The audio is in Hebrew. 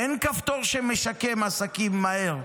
אין כפתור שמשקם עסקים מהר.